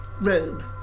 robe